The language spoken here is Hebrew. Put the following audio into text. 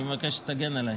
אני מבקש שתגן עליי.